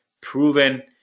proven